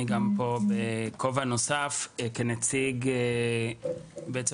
אני כאן גם בכובע נוסף והוא כנציג הממונים